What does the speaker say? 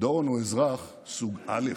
הוא אזרח סוג א',